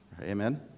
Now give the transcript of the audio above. Amen